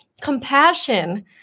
compassion